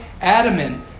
adamant